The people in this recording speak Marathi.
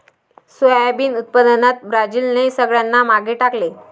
सोयाबीन उत्पादनात ब्राझीलने सगळ्यांना मागे टाकले